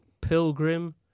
Pilgrim